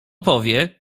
powie